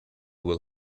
will